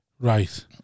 Right